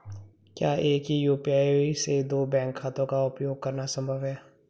क्या एक ही यू.पी.आई से दो बैंक खातों का उपयोग करना संभव है?